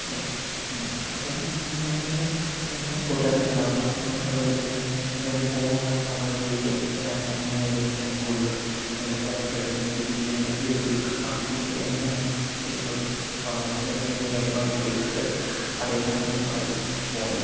മെച്ചം അപ്പം ഞാനിങ്ങനെ കൂട്ടുകാരെടുക്കുന്ന ആങ്കിൾസ് അതുപോലെത്തന്നെ എനിക്ക് നല്ലൊരു ഫോണുണ്ട് അപ്പം അവന്മാരോട് ചോദിക്കും എടാ എങ്ങനെ ഇത് ഏറ്റവും കൂടുതൽ നല്ല ഫോട്ടോ എടുക്കാൻ എന്ത് ചെയ്യണം ഏത് ഫിൽട്ടർ ഇടണം ഏത് എങ്ങനെയാണ് സെറ്റ് ചെയ്യുന്നത് അപ്പം അവന്മാർ പറയുന്ന കാര്യങ്ങൾ നമ്മൾ കേട്ടിട്ട് അതേ സാധനം നമ്മുടെ ഫോണിൽ